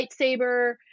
lightsaber